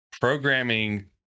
programming